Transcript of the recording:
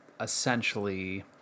essentially